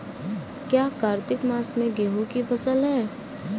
क्या कार्तिक मास में गेहु की फ़सल है?